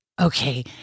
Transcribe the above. okay